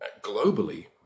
globally